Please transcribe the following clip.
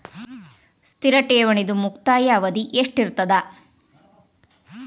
ಸ್ಥಿರ ಠೇವಣಿದು ಮುಕ್ತಾಯ ಅವಧಿ ಎಷ್ಟಿರತದ?